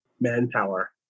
manpower